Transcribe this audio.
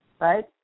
Right